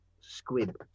squid